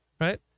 right